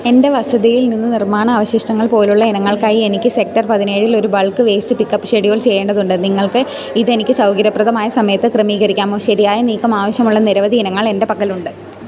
എൻ്റെ വസതിയിൽ നിന്ന് നിർമ്മാണ അവശിഷ്ടങ്ങൾ പോലുള്ള ഇനങ്ങൾക്കായി എനിക്ക് സെക്ടർ പതിനേഴിൽ ഒരു ബൾക്ക് വേസ്റ്റ് പിക്കപ്പ് ഷെഡ്യൂൾ ചെയ്യേണ്ടതുണ്ട് നിങ്ങൾക്ക് ഇതെനിക്ക് സൗകര്യപ്രദമായ സമയത്ത് ക്രമീകരിക്കാമോ ശരിയായ നീക്കം ആവശ്യമുള്ള നിരവധി ഇനങ്ങൾ എൻ്റെ പക്കലുണ്ട്